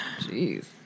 Jeez